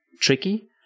tricky